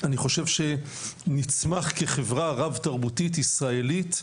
אני חושב שנצמח כחברה רב-תרבותית ישראלית,